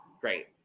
Great